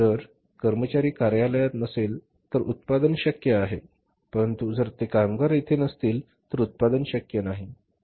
जर कर्मचारी कार्यालयात नसेल तर उत्पादन शक्य आहे परंतु जर ते कामगार तेथे नसतील तर उत्पादन शक्य नाही